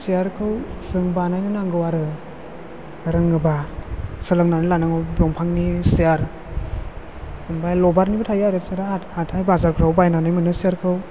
सियारखौ जों बानायनो नांगौ आरो रोङोब्ला सोलोंनानै लानांगौ दंफांनि सियार ओमफ्राय लबारनिबो थायो आरो सियारा हाथाय बाजाराव बायनानै मोनो सियारखौ